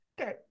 Okay